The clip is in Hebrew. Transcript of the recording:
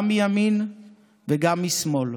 גם מימין וגם משמאל,